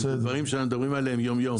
אלה דברים שאנחנו מדברים עליהם יום-יום.